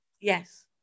Yes